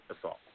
assault